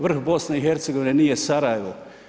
Vrh BiH nije Sarajevo.